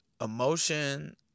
emotion